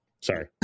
Sorry